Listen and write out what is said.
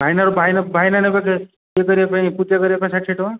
ଭାଇନାରୁ ଭାଇନା ଭାଇନା ନେବେ ପୂଜା କରିବା ପାଇଁ ଷାଠିଏ ଟଙ୍କା